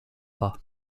pas